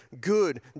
good